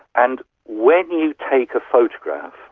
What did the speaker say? and when you take a photograph,